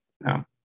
No